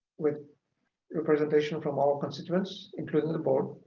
with representation from all constituents, including the board.